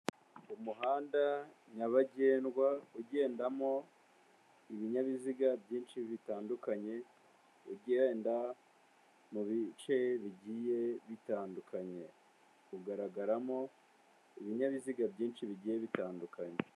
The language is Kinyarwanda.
Umuhanda nyabagendwa ugendamo ibinyabiziga byinshi bitandukanye, ugenda mubice bigiye bitandukanye kugaragaramo ibinyabiziga byinshi bigiye bitandukanye.